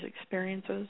experiences